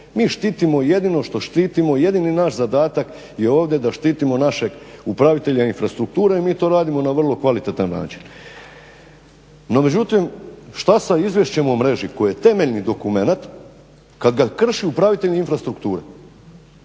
Mi štitimo, jednino što štitimo, jedini naš zadatak je ovdje da štitimo našeg upravitelja infrastrukture, a mi to radimo na vrlo kvalitetan način. No međutim, što sa izvješćem o mreži koji je temeljni dokumenat, kad ga krši upravitelj infrastrukture?